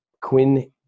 Quinn